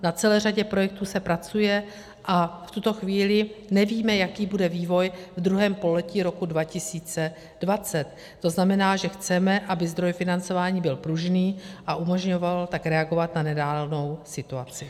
Na celé řadě projektů se pracuje a v tuto chvíli nevíme, jaký bude vývoj ve druhém pololetí roku 2020, to znamená, že chceme, aby zdroj financování byl pružný a umožňoval tak reagovat na nedávnou situaci.